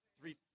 three